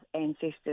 ancestors